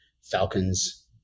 Falcons